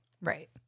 Right